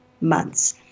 months